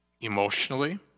emotionally